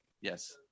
Yes